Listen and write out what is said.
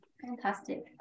Fantastic